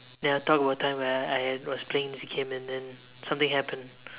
then I talk about time where I had I was playing this game and then something happened